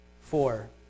Four